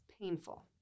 painful